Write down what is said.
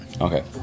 okay